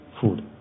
food